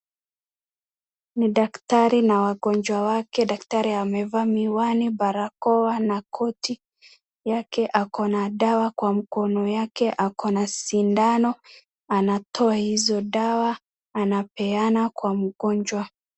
Ni daktari na wagonjwa wake. Daktari amevaa miwani, barakoa na koti yake. Ako na dawa kwa mkono yake, ako na sindano. Anatoa hizo dawa anapeana kwa mgonjwa.